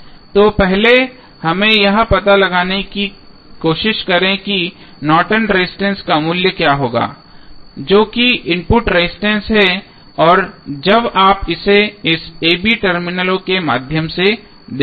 तो पहले हमें यह पता लगाने की कोशिश करें कि नॉर्टन रेजिस्टेंस Nortons resistance का मूल्य क्या होगा जो कि इनपुट रेजिस्टेंस है जब आप इसे इस a b टर्मिनल के माध्यम से देखेंगे